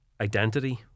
identity